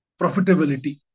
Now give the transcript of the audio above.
profitability